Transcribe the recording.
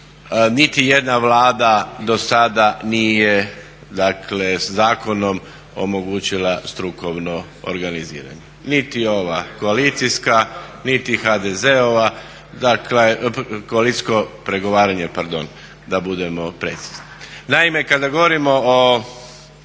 niti jedna Vlada do sada nije, dakle zakonom omogućila strukovno organiziranje, niti ova koalicijska, niti HDZ-ova. Dakle, koalicijsko pregovaranje, pardon, da budemo precizni. Naime, kada govorimo o